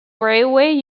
railway